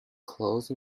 closed